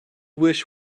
wish